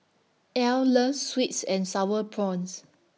Ell loves Sweet and Sour Prawns